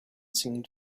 seemed